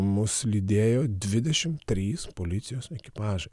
mus lydėjo dvidešim trys policijos ekipažai